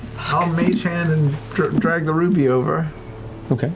i'll mage hand and drag and drag the ruby over.